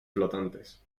flotantes